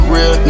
Real